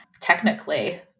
technically